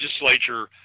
legislature